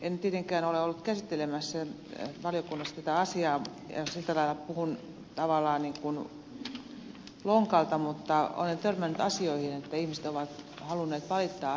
en tietenkään ole ollut käsittelemässä valiokunnassa tätä asiaa ja sillä lailla puhun tavallaan niin kuin lonkalta mutta olen törmännyt asioihin että ihmiset ovat halunneet valittaa asioista